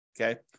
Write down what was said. Okay